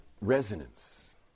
resonance